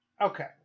Okay